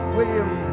William